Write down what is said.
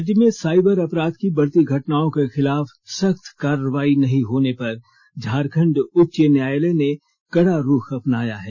राज्य में साइबर अपराध की बढ़ती घटनाओं के खिलाफ सख्त कार्रवाई नहीं होने पर झारखंड उच्च न्यायालय ने कड़ा रुख अपनाया है